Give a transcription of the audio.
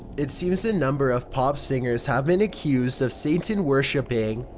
it seems a number of pop singers have been accused of satan worshiping.